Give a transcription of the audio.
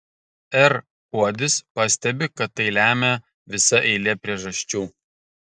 r kuodis pastebi kad tai lemia visa eilė priežasčių